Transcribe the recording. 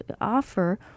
offer